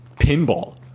pinball